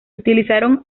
utilizaron